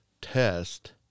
test